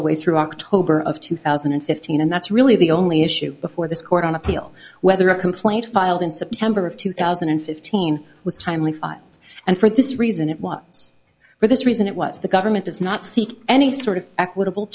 the way through october of two thousand and fifteen and that's really the only issue before this court on appeal whether a complaint filed in september of two thousand and fifteen was timely filed and for this reason it was for this reason it was the government does not seek any sort of equitable